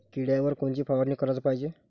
किड्याइवर कोनची फवारनी कराच पायजे?